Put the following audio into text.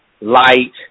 light